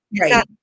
right